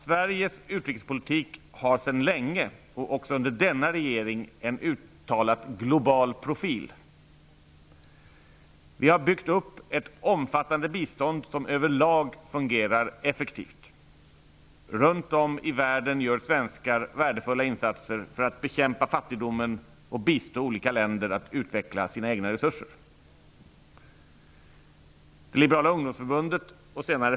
Sveriges utrikespolitik har sedan länge, också under denna regering, en uttalat global profil. Vi har byggt upp ett omfattande bistånd som över lag fungerar effektivt. Runt om i världen gör svenskar värdefulla insatser för att bekämpa fattigdomen och bistå alla länder att utveckla sina egna resurser.